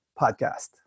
Podcast